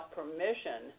permission